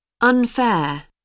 unfair